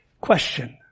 Question